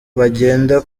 bagenda